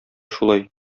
шулай